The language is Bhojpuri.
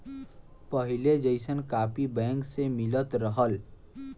पहिले जइसन कापी बैंक से मिलत रहल